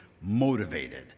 motivated